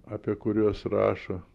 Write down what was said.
apie kuriuos rašo